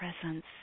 presence